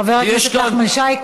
חבר הכנסת נחמן שי,